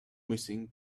missing